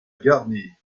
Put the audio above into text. garnie